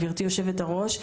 גברתי היושבת-ראש,